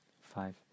five